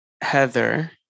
Heather